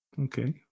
Okay